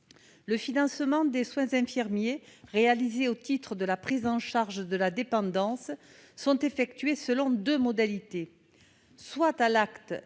Le financement des soins infirmiers réalisés au titre de la prise en charge de la dépendance est effectué selon deux modalités : soit à l'acte,